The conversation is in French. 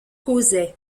causaient